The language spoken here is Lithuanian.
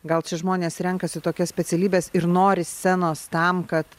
gal čia žmonės renkasi tokias specialybes ir nori scenos tam kad